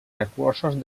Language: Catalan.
recursos